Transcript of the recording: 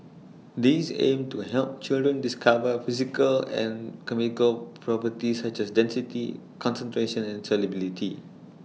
these aim to help children discover physical and chemical properties such as density concentration and solubility